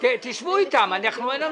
אנחנו לא